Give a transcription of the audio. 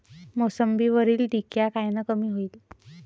मोसंबीवरील डिक्या कायनं कमी होईल?